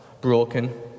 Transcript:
broken